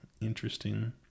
interesting